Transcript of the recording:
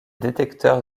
détecteurs